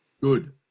Good